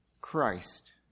Christ